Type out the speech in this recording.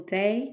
day